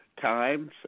times